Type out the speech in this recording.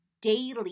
daily